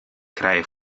krije